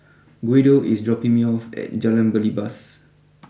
Guido is dropping me off at Jalan Belibas